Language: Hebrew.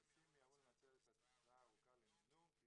הנוסעים מיהרו לנצל את הטיסה הארוכה לנמנום.